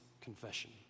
confession